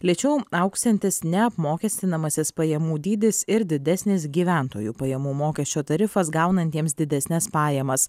lėčiau augsiantis neapmokestinamasis pajamų dydis ir didesnis gyventojų pajamų mokesčio tarifas gaunantiems didesnes pajamas